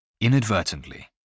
Inadvertently